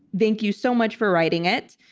thank you so much for writing it.